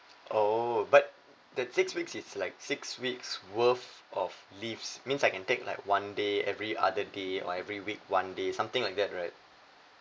oh but that six weeks is like six weeks worth of leaves means I can take like one day every other day or every week one day something like that right